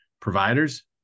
providers